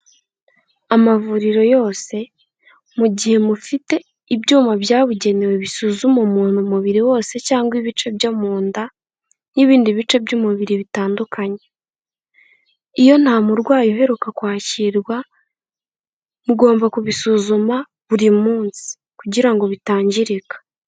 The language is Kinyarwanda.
Amavuriro yose, mu gihe mufite ibyuma byabugenewe bisuzuma umuntu umubiri wose cyangwa ibice byo mu nda n'ibindi bice by'umubiri bitandukanye, iyo nta murwayi uheruka kwakirwa, mugomba kubisuzuma buri munsi kugira ngo bitangirika.